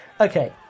Okay